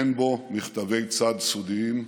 אין בו מכתבי צד סודיים,